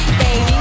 baby